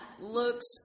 looks